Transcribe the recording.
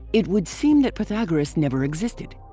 it would seem that pythagoras never existed.